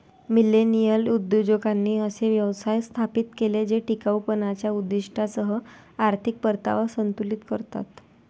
millennial उद्योजकांनी असे व्यवसाय स्थापित केले जे टिकाऊपणाच्या उद्दीष्टांसह आर्थिक परतावा संतुलित करतात